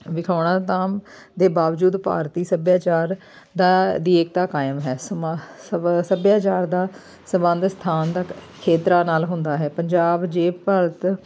ਵਿਖਾਉਣਾ ਤਾਂ ਦੇ ਬਾਵਜੂਦ ਭਾਰਤੀ ਸੱਭਿਆਚਾਰ ਦਾ ਦੀ ਏਕਤਾ ਕਾਇਮ ਹੈ ਸਮਾ ਸਵਾ ਸਭਿਆਚਾਰ ਦਾ ਸੰਬੰਧ ਸਥਾਨਕ ਖੇਤਰਾਂ ਨਾਲ ਹੁੰਦਾ ਹੈ ਪੰਜਾਬ ਜੇ ਭਾਰਤ